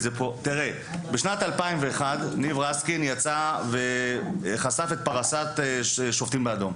בשנת 2001 ניב רסקין חשף את פרשת "שופטים באדום".